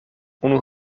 unu